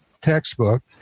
textbook